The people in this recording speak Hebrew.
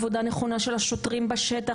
עבודה נכונה של השוטרים בשטח,